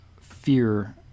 fear